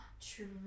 True